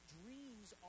dreams